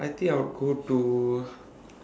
I think I would go to